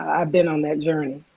i've been on that journey,